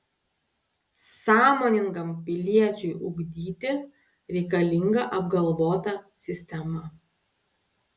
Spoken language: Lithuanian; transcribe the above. sąmoningam piliečiui ugdyti reikalinga apgalvota sistema